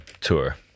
tour